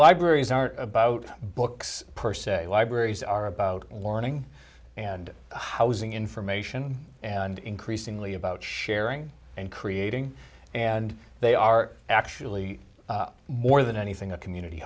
libraries are about books per se libraries are about learning and housing information and increasingly about sharing and creating and they are actually more than anything a community